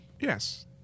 Yes